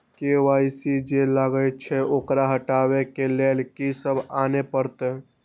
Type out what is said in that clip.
KYC जे लागल छै ओकरा हटाबै के लैल की सब आने परतै?